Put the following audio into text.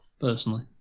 personally